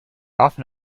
often